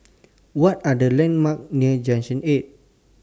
What Are The landmarks near Junction eight